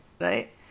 right